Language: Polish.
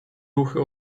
ruchy